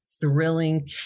thrilling